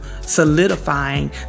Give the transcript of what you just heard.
solidifying